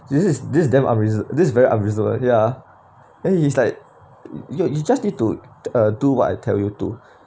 this is this is damn this is very unreasonable ya then he's like you you just need to do what I tell you to